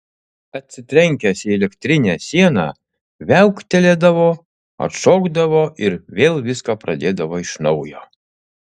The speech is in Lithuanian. atsitrenkęs į elektrinę sieną viauktelėdavo atšokdavo ir vėl viską pradėdavo iš naujo